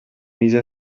mise